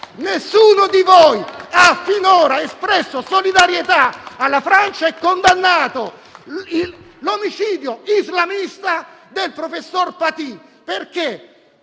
Nessuno di voi ha finora espresso solidarietà alla Francia e condannato l'omicidio islamista del professor Paty, perché